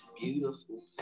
beautiful